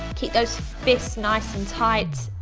keep those fists nice and tight.